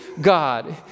God